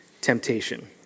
temptation